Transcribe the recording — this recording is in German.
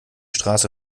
straße